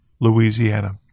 louisiana